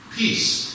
Peace